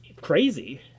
crazy